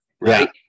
right